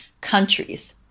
countries